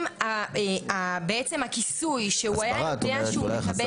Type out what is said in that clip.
אם בעצם הכיסוי שהוא היה יודע שהוא מקבל,